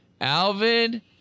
Alvin